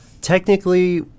Technically